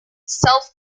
self